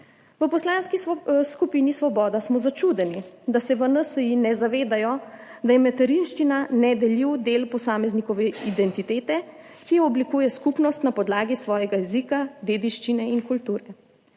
V Poslanski skupini Svoboda smo začudeni, da se v NSi ne zavedajo, da je materinščina nedeljiv del posameznikove identitete, ki jo oblikuje skupnost na podlagi svojega jezika, dediščine in kulture.